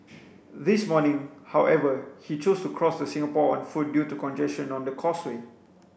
this morning however he chose to cross the Singapore on foot due to congestion on the causeway